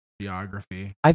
geography